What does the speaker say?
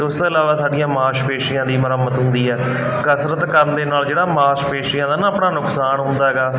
ਅਤੇ ਉਸ ਤੋਂ ਇਲਾਵਾ ਸਾਡੀਆਂ ਮਾਸ਼ਪੇਸ਼ੀਆਂ ਦੀ ਮਰੰਮਤ ਹੁੰਦੀ ਹੈ ਕਸਰਤ ਕਰਨ ਦੇ ਨਾਲ ਜਿਹੜਾ ਮਾਸਪੇਸ਼ੀਆਂ ਦਾ ਨਾ ਆਪਣਾ ਨੁਕਸਾਨ ਹੁੰਦਾ ਹੈਗਾ